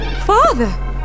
Father